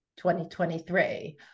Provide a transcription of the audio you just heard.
2023